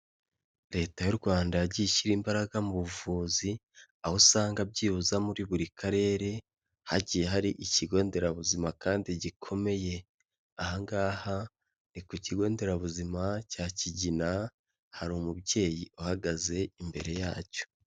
Leta y'u Rwanda yagiye ishyira imbaraga mu buvuzi, aho usanga byibuze muri buri karere hagiye hari ikigo nderabuzima kandi gikomeye. Aha ngaha ni ku kigo nderabuzima cya kigina hari umubyeyi uhagaze imbere yacyo.